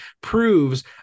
proves